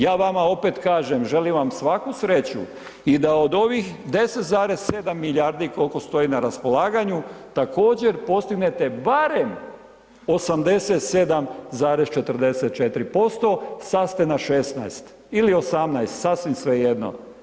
Ja vam opet kažem, želim vam svaku sreću i da od ovih 10,7 milijardi koliko stoji na raspolaganju, također postignete barem 87,44%, sad ste na 16 ili 18, sasvim svejedno.